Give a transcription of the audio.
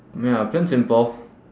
ya plan simple